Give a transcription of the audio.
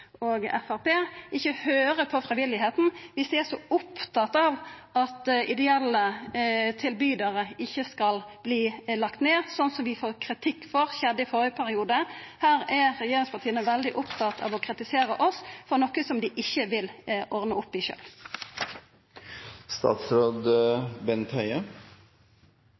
høyrer på Frivillighet Norge viss dei er så opptatt av at ideelle tilbydarar ikkje skal bli lagde ned – som vi får kritikk for at skjedde i førre periode. Her er regjeringspartia veldig opptatt av å kritisera oss for noko som dei ikkje vil ordne opp i